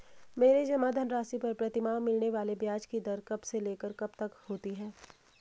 मेरे जमा धन राशि पर प्रतिमाह मिलने वाले ब्याज की दर कब से लेकर कब तक होती है?